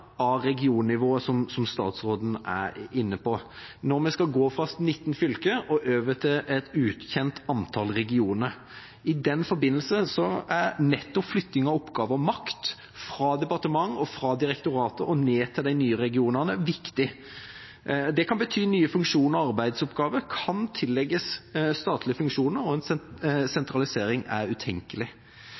av regionnivået, som statsråden er inne på, når vi skal gå fra 19 fylker og over til et ukjent antall regioner. I den forbindelse er nettopp flytting av oppgaver og makt fra departement og direktorat og ned til de nye regionene viktig. Det kan bety at nye funksjoner og arbeidsoppgaver kan tillegges statlige funksjoner, og at en sentralisering er utenkelig.